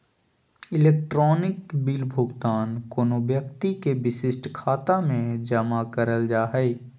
electronic bill भुगतान कोनो व्यक्ति के विशिष्ट खाता में जमा करल जा हइ